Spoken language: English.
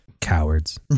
Cowards